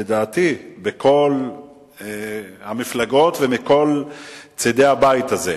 לדעתי בכל המפלגות ומכל צדי הבית הזה,